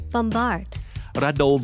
Bombard